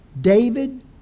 David